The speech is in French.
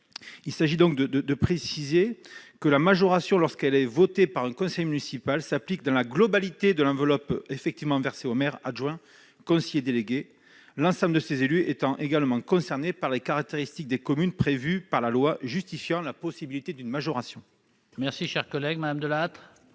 Il convient donc de préciser que la majoration, lorsqu'elle est votée par un conseil municipal, s'applique à la globalité de l'enveloppe effectivement versée au maire ainsi qu'aux adjoints et conseillers délégués, l'ensemble de ces élus étant également concernés par les caractéristiques des communes prévues par la loi justifiant la possibilité d'une majoration. La parole est à Mme Nathalie Delattre,